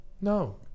No